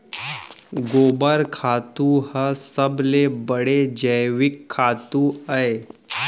गोबर खातू ह सबले बड़े जैविक खातू अय